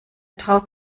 traut